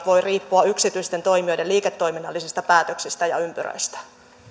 voi riippua yksityisten toimijoiden liiketoiminnallisista päätöksistä ja ympyröistä